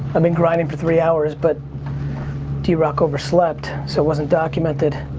i been grinding for three hours, but drock overslept so it wasn't documented.